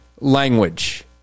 language